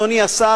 אדוני השר,